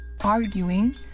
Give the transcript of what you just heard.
arguing